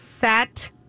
set